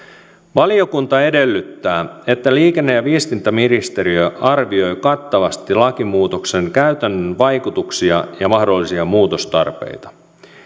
valiokunta edellyttää että liikenne ja viestintäministeriö arvioi kattavasti lakimuutoksen käytännön vaikutuksia ja mahdollisia muutostarpeita